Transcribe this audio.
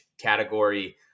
category